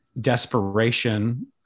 desperation